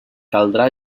caldrà